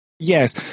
Yes